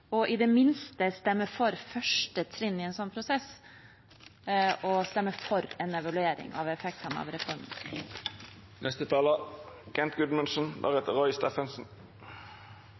og i det minste stemme for første trinn i en sånn prosess: stemme for en evaluering av effektene av